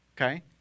Okay